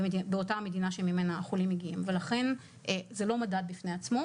באותה המדינה שממנה החולים מגיעים ולכן זה לא מדד בפני עצמו.